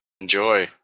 Enjoy